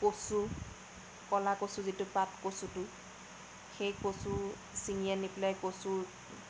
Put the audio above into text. কচু ক'লা কচুৰ যিটো পাত কচুটো সেই কচু চিঙি আনি পেলাই কচুৰ